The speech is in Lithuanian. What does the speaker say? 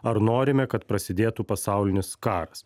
ar norime kad prasidėtų pasaulinis karas